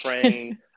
praying